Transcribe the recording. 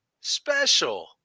special